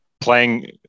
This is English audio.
Playing